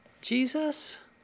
Jesus